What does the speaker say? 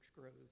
grows